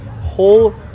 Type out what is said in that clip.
whole